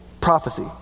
prophecy